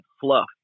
fluff